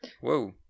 whoa